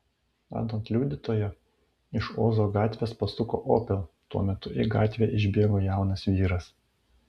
anot liudytojo iš ozo gatvės pasuko opel tuo metu į gatvę išbėgo jaunas vyras